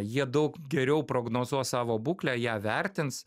jie daug geriau prognozuos savo būklę ją vertins